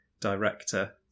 director